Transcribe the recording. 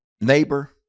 neighbor